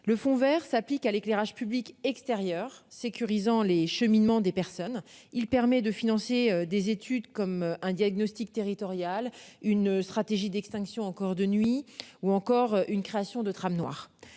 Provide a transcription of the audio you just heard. Le Fonds Vert s'applique à l'éclairage public extérieur sécurisant les cheminements des personnes, il permet de financer des études comme un diagnostic territorial une stratégie d'extinction encore de nuits ou encore une création de tram noir